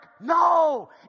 No